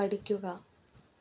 പഠിക്കുക